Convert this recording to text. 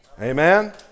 Amen